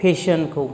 फेसनखौ